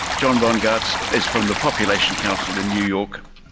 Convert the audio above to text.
john bongaarts is from the population council in new york.